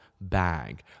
bag